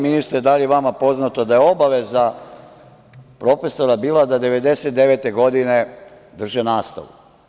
Ministre, da li je vama poznato da je obaveza profesora bila da 1999. godine drže nastavu?